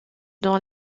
dans